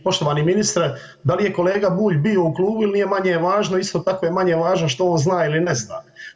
Poštovani ministre da li je kolega bio u klubu ili nije manje je važno isto tako je manje važno što on zna ili ne zna.